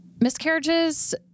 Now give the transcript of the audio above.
miscarriages